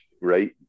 right